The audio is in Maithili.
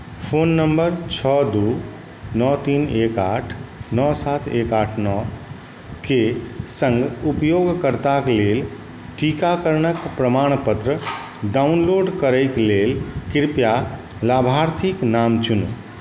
फोन नम्बर नम्बर छओ दू नओ तीन एक आठ नओ सात एक आठ नओके सङ्ग उपयोगकर्ताके लेल टीकाकरणक प्रमाणपत्र डाउनलोड करैके लेल कृपया लाभार्थीके नाम चुनू